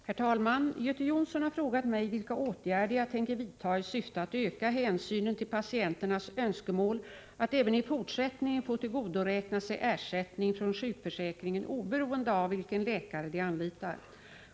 Herr talman! Göte Jonsson har frågat mig vilka åtgärder jag tänker vidta i syfte att öka hänsynen till patienternas önskemål att även i fortsättningen få tillgodoräkna sig ersättning från sjukförsäkringen oberoende av vilken läkare de anlitar.